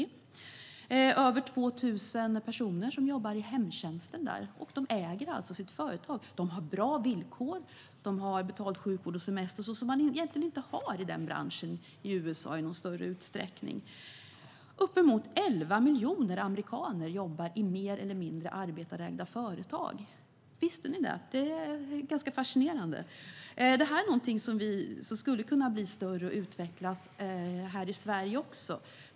Det är över 2 000 personer som jobbar i hemtjänsten där, och de äger alltså sitt företag. De har bra villkor. De har betald sjukvård och semester, vilket man egentligen inte har i den branschen i USA i någon större utsträckning. Uppemot 11 miljoner amerikaner arbetar i mer eller mindre arbetarägda företag. Visste ni det? Det är ganska fascinerande. Detta skulle kunna bli större och utvecklas här i Sverige också.